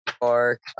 park